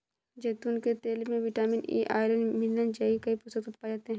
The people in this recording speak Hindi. जैतून के तेल में विटामिन ई, आयरन, मिनरल जैसे कई पोषक तत्व पाए जाते हैं